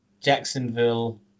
Jacksonville